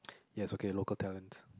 yes okay local talents